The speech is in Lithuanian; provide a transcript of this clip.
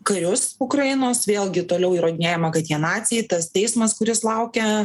karius ukrainos vėlgi toliau įrodinėjama kad jie naciai tas teismas kuris laukia